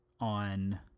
on